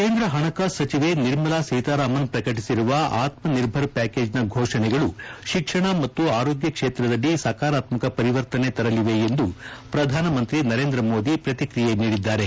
ಕೇಂದ್ರ ಹಣಕಾಸು ಸಚಿವೆ ನಿರ್ಮಲಾ ಸೀತಾರಾಮನ್ ಪ್ರಕಟಿಸಿರುವ ಆತ್ಮ ನಿರ್ಭರ್ ಪ್ಯಾಕೇಜ್ನ ಘೋಷಣೆಗಳು ಶಿಕ್ಷಣ ಮತ್ತು ಆರೋಗ್ಯ ಕ್ಷೇತ್ರದಲ್ಲಿ ಸಕಾರಾತ್ಮಕ ಪರಿವರ್ತನೆ ತರಲಿವೆ ಎಂದು ಪ್ರಧಾನಮಂತ್ರಿ ನರೇಂದ್ರ ಮೋದಿ ಪ್ರಹಿಕ್ರಿಯೆ ನೀಡಿದ್ದಾರೆ